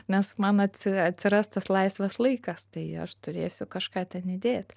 nes man atsi atsiras tas laisvas laikas tai aš turėsiu kažką ten įdėt